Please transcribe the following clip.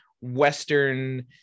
western